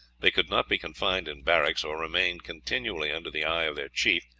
they could not be confined in barracks, or remain continually under the eye of their chief,